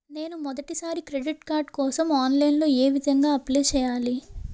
నేను మొదటిసారి credit card కోసం ఆన్లైన్ లో ఏ విధంగా అప్లై చేయాలి?